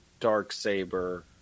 Darksaber